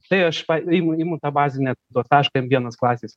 tai aš pa imu imu tą bazinę tašką m vienas klasės